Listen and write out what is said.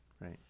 right